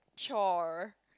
chore